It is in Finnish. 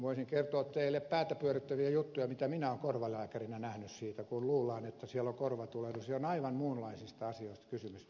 voisin kertoa teille päätä pyörryttäviä juttuja joita minä olen korvalääkärinä nähnyt siitä kun luullaan että siellä on korvatulehdus ja on aivan muunlaisista asioista kysymys